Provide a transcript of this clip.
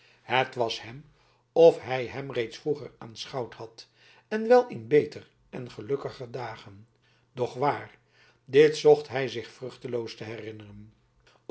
het was hem of hij hem reeds vroeger aanschouwd had en wel in beter en gelukkiger dagen doch waar dit zocht hij zich vruchteloos te herinneren